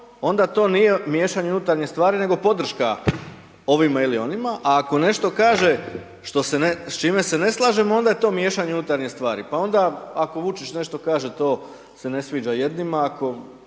onda to nije miješanje unutarnje stvari nego podrška ovima ili onima a ako nešto kaže s čime se ne slažemo onda je to miješanje unutarnje stvari. Pa onda ako Vučić nešto kaže to se ne sviđa jednima,